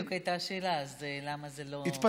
זו בדיוק הייתה השאלה: אז למה זה לא קורה?